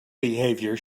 behaviour